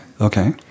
Okay